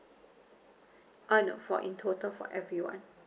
uh no for in total for everyone